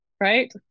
right